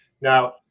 Now